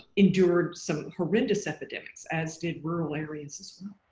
endured some horrendous epidemics as did rural areas as well.